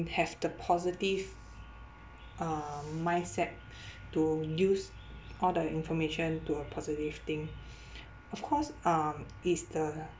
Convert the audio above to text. have the positive uh mindset to use all the information to a positive thing of course um is the